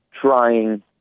trying